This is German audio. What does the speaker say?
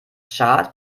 schad